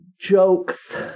Jokes